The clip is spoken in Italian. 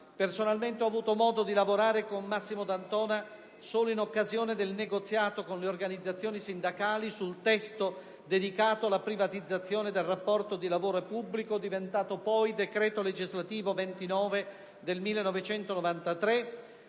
Personalmente ho avuto modo di lavorare con Massimo D'Antona solo in occasione del negoziato con le organizzazioni sindacali sul testo dedicato alla privatizzazione del rapporto di lavoro pubblico, diventato poi decreto legislativo n. 29 del 1993,